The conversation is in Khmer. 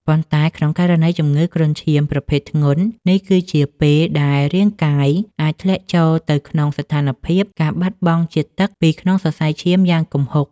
ប៉ុន្តែក្នុងករណីជំងឺគ្រុនឈាមប្រភេទធ្ងន់ នេះគឺជាពេលដែលរាងកាយអាចធ្លាក់ចូលទៅក្នុងស្ថានភាព ការបាត់បង់ជាតិទឹកពីក្នុងសរសៃឈាមយ៉ាងគំហុក។